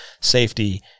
safety